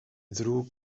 ddrwg